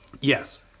Yes